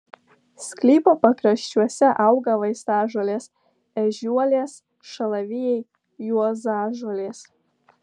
sklypo pakraščiuose auga vaistažolės ežiuolės šalavijai juozažolės